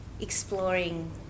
exploring